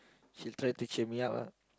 she try to cheer me up lah